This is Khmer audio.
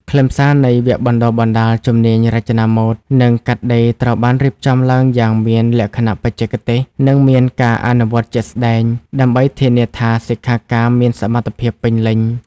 ខ្លឹមសារនៃវគ្គបណ្តុះបណ្តាលជំនាញរចនាម៉ូដ និងកាត់ដេរត្រូវបានរៀបចំឡើងយ៉ាងមានលក្ខណៈបច្ចេកទេស និងមានការអនុវត្តជាក់ស្តែង ដើម្បីធានាថាសិក្ខាកាមមានសមត្ថភាពពេញលេញ។